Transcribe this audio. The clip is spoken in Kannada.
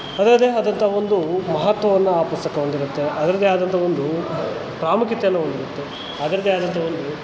ಅದರದೇ ಆದಂಥ ಒಂದು ಮಹತ್ವವನ್ನು ಆ ಪುಸ್ತಕ ಹೊಂದಿರುತ್ತೆ ಅದರದೇ ಆದಂಥ ಒಂದು ಪ್ರಾಮುಖ್ಯತೆಯನ್ನು ಹೊಂದಿರುತ್ತೆ ಅದರದೇ ಆದಂಥ ಒಂದು